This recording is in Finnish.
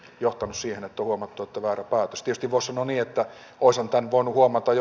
joo tanssien tuoma tutotar palautustiskipossun onni että uusi tempun huomata jo